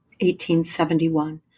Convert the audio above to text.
1871